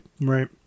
Right